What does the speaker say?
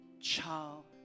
child